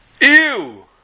Ew